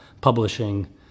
publishing